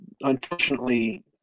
unfortunately